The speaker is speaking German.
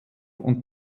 und